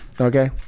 okay